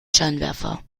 scheinwerfer